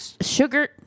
sugar